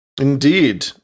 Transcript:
Indeed